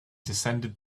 descended